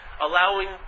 allowing